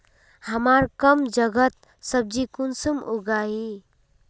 हमार कम जगहत सब्जी कुंसम उगाही?